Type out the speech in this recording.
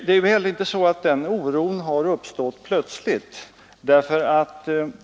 Det är heller inte så att oron har uppstått plötsligt.